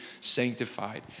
sanctified